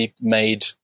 made